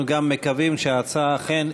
אנחנו גם מקווים שההצעה אכן,